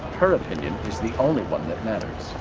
her opinion is the only one that matters.